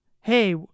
Hey